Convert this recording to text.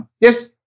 Yes